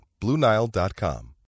BlueNile.com